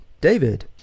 David